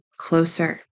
closer